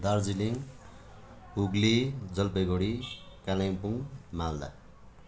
Darjeeling Hooghly Jalpaiguri Kalimpong Malda